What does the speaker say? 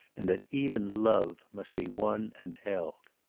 and that even love must be won and held.